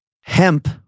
Hemp